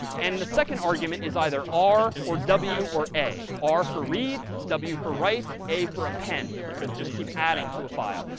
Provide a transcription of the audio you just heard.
and the second argument is either r, or w, or a r, for read w, for write, a, for append to just keep adding to a file.